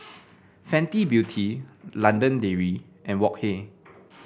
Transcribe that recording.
Fenty Beauty London Dairy and Wok Hey